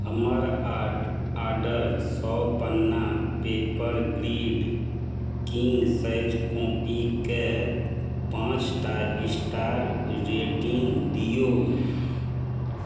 हमर आर्डर सए पन्ना पेपरग्रिड किंग साइज कॉपीके पाँच टा स्टार रेटिंग दियौ